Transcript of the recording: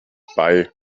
bei